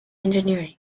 engineering